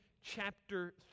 chapter